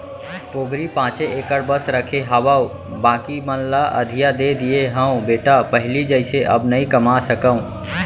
पोगरी पॉंचे एकड़ बस रखे हावव बाकी मन ल अधिया दे दिये हँव बेटा पहिली जइसे अब नइ कमा सकव